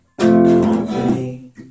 company